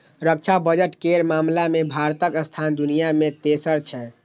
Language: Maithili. रक्षा बजट केर मामला मे भारतक स्थान दुनिया मे तेसर छै